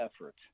effort